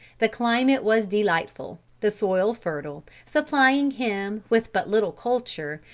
the climate was delightful, the soil fertile, supplying him, with but little culture,